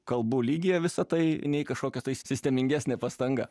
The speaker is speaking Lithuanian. kalbų lygyje visa tai nei kažkokia sistemingesnė pastanga